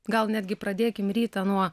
gal netgi pradėkim rytą nuo